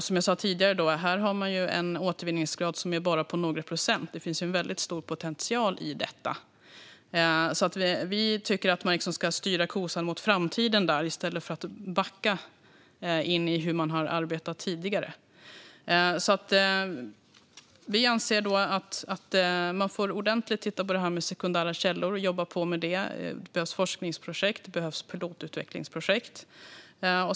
Som jag sa tidigare har man en återvinningsgrad på bara några procent. Det finns en väldigt stor potential i detta. Vi tycker att man ska styra kosan rakt mot framtiden i stället för att backa in i den och arbeta som man har arbetat tidigare. Vi anser att man får titta ordentligt på det här med sekundära källor och jobba på med det. Det behövs forskningsprojekt och produktutvecklingsprojekt.